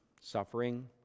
Suffering